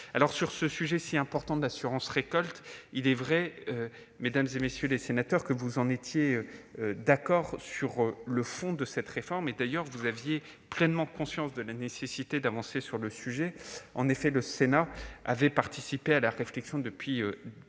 au sujet si important de l'assurance récolte. C'est vrai, mesdames, messieurs les sénateurs, vous étiez d'accord sur le fond avec cette réforme. D'ailleurs, vous aviez pleinement conscience de la nécessité d'avancer sur cette question, puisque le Sénat participait à cette réflexion depuis